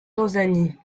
tanzanie